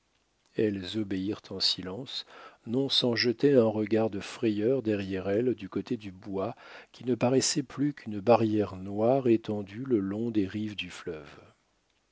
elles obéirent en silence non sans jeter un regard de frayeur derrière elles du côté du bois qui ne paraissait plus qu'une barrière noire étendue le long des rives du fleuve